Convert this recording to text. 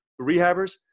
rehabbers